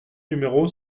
numéro